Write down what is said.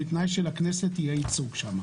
בתנאי שלכנסת יהיה ייצוג שם.